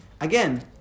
Again